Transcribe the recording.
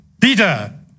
Peter